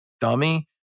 Dummy